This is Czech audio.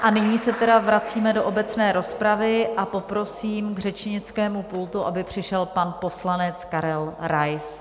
A nyní se tedy vracíme do obecné rozpravy a poprosím k řečnickému pultu, aby přišel pan poslanec Karel Rais.